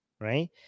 right